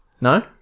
No